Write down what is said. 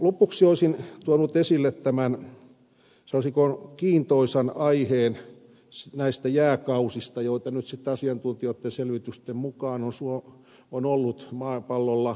lopuksi olisin tuonut esille tämän sanoisinko kiintoisan aiheen näistä jääkausista joita nyt sitten asiantuntijoitten selvitysten mukaan on ollut maapallolla